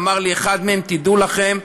אמר לי אחד מהם: תדעו לכם,